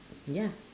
ya